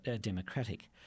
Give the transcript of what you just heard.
democratic